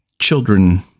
children